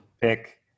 pick